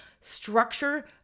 structure